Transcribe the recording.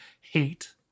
hate